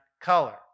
color